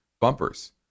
bumpers